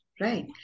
right